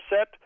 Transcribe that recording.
set